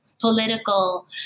political